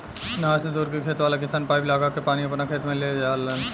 नहर से दूर के खेत वाला किसान पाइप लागा के पानी आपना खेत में ले जालन